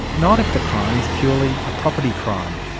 not if the crime is purely a property crime.